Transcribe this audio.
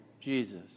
Jesus